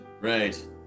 Right